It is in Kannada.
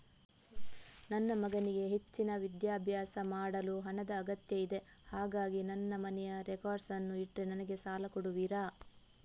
ನನ್ನ ಮಗನಿಗೆ ಹೆಚ್ಚಿನ ವಿದ್ಯಾಭ್ಯಾಸ ಮಾಡಲು ಹಣದ ಅಗತ್ಯ ಇದೆ ಹಾಗಾಗಿ ನಾನು ನನ್ನ ಮನೆಯ ರೆಕಾರ್ಡ್ಸ್ ಅನ್ನು ಇಟ್ರೆ ನನಗೆ ಸಾಲ ಕೊಡುವಿರಾ?